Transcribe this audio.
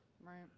Right